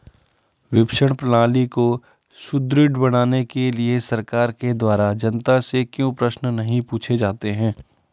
विपणन प्रणाली को सुदृढ़ बनाने के लिए सरकार के द्वारा जनता से क्यों प्रश्न नहीं पूछे जाते हैं?